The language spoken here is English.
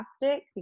fantastic